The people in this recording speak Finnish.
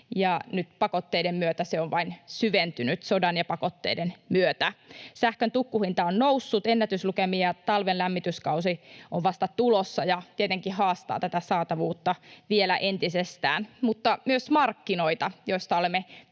pakotteiden myötä se on vain syventynyt. Sähkön tukkuhinta on noussut ennätyslukemiin, ja talven lämmityskausi on vasta tulossa ja tietenkin haastaa tätä saatavuutta vielä entisestään, mutta myös sähkömarkkinoita, joista olemme